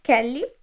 Kelly